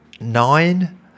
nine